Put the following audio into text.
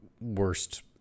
worst